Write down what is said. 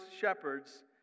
shepherds